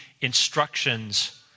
instructions